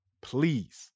please